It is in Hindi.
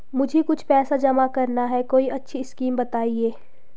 मुझे कुछ पैसा जमा करना है कोई अच्छी स्कीम बताइये?